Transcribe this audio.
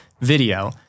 video